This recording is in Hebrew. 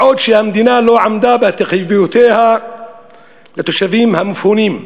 מה עוד שהמדינה לא עמדה בהתחייבויותיה לתושבים המפונים,